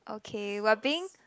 okay we're being